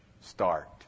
start